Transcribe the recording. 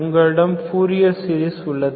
உங்களிடம் பூரியஸ் சீரிஸ் உள்ளது